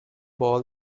ball